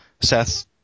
Seth